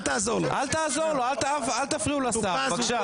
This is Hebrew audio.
אל תעזור לו, אל תפריעו לשר, בבקשה.